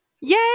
Yay